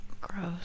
Gross